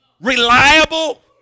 reliable